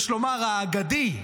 יש לומר: האגדי,